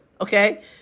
okay